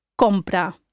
compra